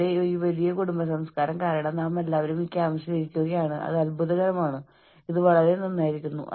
നിങ്ങളുടെ ഫാക്ടറിയിൽ നിന്ന് ഒരു കിലോമീറ്റർ അകലെയുള്ള ഒരു ഫാക്ടറിയിലെ പണിമുടക്കിനെക്കുറിച്ചോ മറ്റൊന്നിനെക്കുറിച്ചോ നിങ്ങൾക്ക് സമ്മർദ്ദം തോന്നിയേക്കില്ല